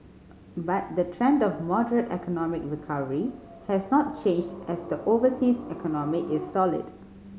but the trend of moderate economic recovery has not changed as the overseas economy is solid